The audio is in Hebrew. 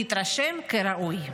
נתרשם כראוי.